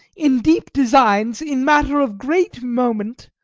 in deep designs, in matter of great moment,